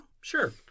sure